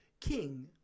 king